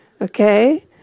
Okay